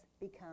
become